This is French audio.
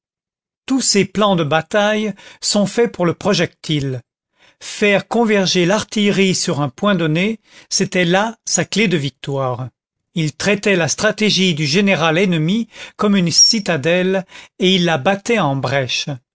tous ses plans de bataille sont faits pour le projectile faire converger l'artillerie sur un point donné c'était là sa clef de victoire il traitait la stratégie du général ennemi comme une citadelle et il la battait en brèche